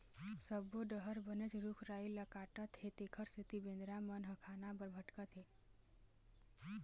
सब्बो डहर बनेच रूख राई ल काटत हे तेखर सेती बेंदरा मन ह खाना बर भटकत हे